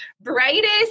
brightest